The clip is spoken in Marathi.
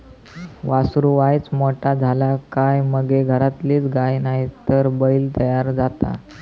वासरू वायच मोठा झाला काय मगे घरातलीच गाय नायतर बैल तयार जाता